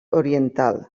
oriental